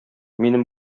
минем